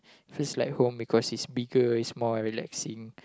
feels like home because it's bigger it's more relaxing